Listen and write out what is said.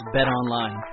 BetOnline